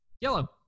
yellow